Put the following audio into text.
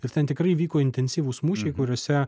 ir ten tikrai vyko intensyvūs mūšiai kuriuose